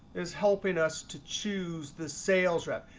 is helping us to choose the sales rep.